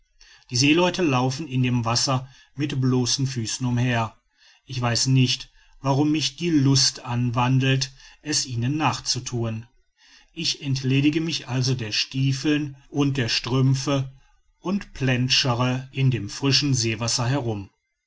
die seeleute laufen in dem wasser mit bloßen füßen umher ich weiß nicht warum mich die lust anwandelt es ihnen nachzuthun ich entledige mich also der stiefeln und der strümpfe und pläntschere in dem frischen seewasser herum